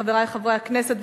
חברי חברי הכנסת,